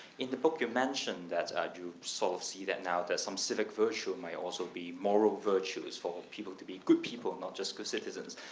in the book, you mentioned that ah you sort of see that now there's some civic virtue and might also be moral virtues for people to be good people and not just good citizens.